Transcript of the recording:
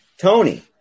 Tony